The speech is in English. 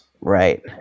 Right